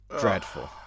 dreadful